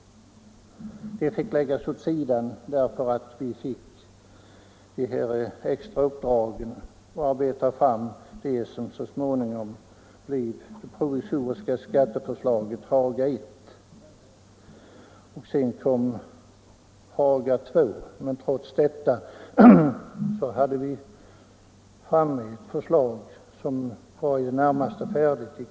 Det fick läggas åt sidan därför att vi fick det extra uppdraget att arbeta fram det som så småningom blev det provisoriska skatteförslaget Haga I, och sedan kom Haga II. Men trots detta hade vi kring årsskiftet ett förslag som var i det närmaste färdigt.